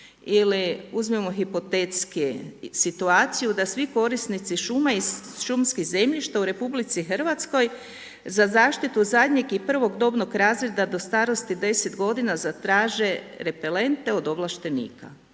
ili uzmimo hipotetski situaciju da svi korisnici šuma i šumskih zemljišta u RH za zaštitu zadnjeg i prvog dobnog razreda do starosti 10 godina zatraže repelente od ovlaštenika.